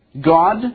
God